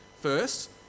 First